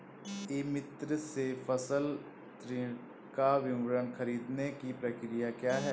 ई मित्र से फसल ऋण का विवरण ख़रीदने की प्रक्रिया क्या है?